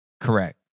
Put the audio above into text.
Correct